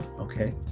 Okay